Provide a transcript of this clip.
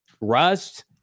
rust